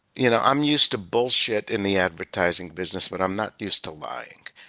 you know i'm used to bullshit in the advertising business, but i'm not used to lying.